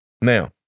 Now